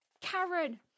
Karen